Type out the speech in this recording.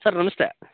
sir ನಮಸ್ತೇ